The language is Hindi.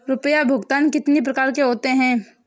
रुपया भुगतान कितनी प्रकार के होते हैं?